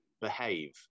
behave